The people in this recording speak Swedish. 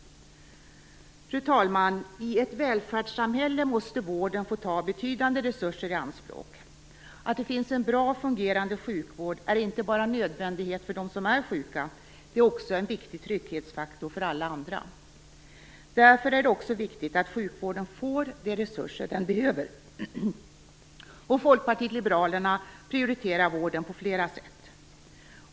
Fru talman! I ett välfärdssamhälle måste vården få ta betydande resurser i anspråk. Att det finns en bra fungerande sjukvård är inte bara en nödvändighet för dem som är sjuka, utan det är också en viktig trygghetsfaktor för alla andra. Därför är det också viktigt att sjukvården får de resurser den behöver. Folkpartiet liberalerna prioriterar vården på flera sätt.